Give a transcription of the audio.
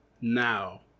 now